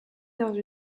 dans